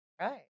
Right